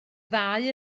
ddau